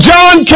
John